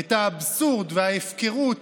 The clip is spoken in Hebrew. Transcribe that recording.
את האבסורד וההפקרות